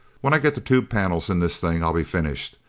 when i get the tube panels in this thing i'll be finished.